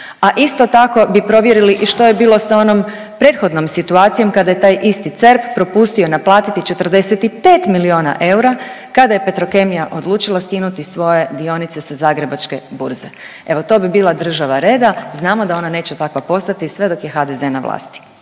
A isto tako bi provjerili i što je bilo sa onom prethodnom situacijom kada je taj isti CERP propustio naplatiti 45 milijona eura kada je Petrokemija odlučila skinuti svoje dionice sa Zagrebačke burze. Evo to bi bila država reda. Znamo da ona neće takva postati sve dok je HDZ na vlasti.